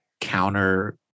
counter